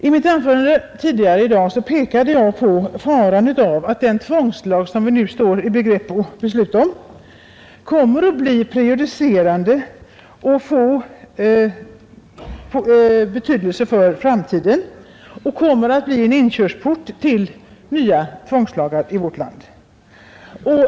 I mitt anförande tidigare i dag pekade jag på faran av att den tvångslag vi nu står i begrepp att besluta om kommer att bli prejudicerande och få betydelse för framtiden. Den kommer att bli en inkörsport till nya tvångslagar i vårt land.